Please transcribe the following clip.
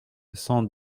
cent